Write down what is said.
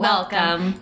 Welcome